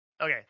Okay